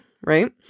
right